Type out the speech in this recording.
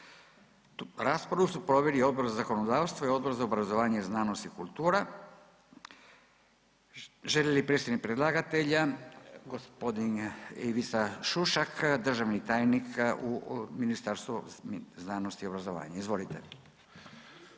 Raspravu su proveli Odbor za zakonodavstvo i Odbor za obrazovanje, znanost i kultura. Želi li predstavnik predlagatelja g. Ivica Šušak, državni tajnik u Ministarstvu znanosti i obrazovanja, izvolite.